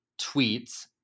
tweets